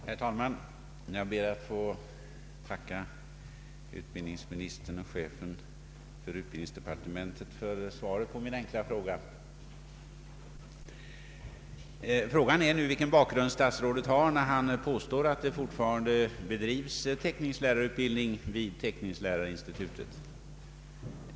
Herr talman! Jag ber att få tacka statsrådet och chefen för utbildningsdepartementet för svaret på min enkla fråga. Problemet är nu vilken bakgrund statsrådet har, när han påstår att teckningslärarutbildning fortfarande bedrivs vid teckningslärarinstitutet.